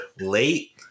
Late